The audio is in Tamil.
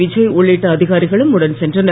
விஜய் உள்ளிட்ட அதிகாரிகளும் உடன் சென்றனர்